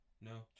No